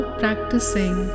practicing